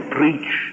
preach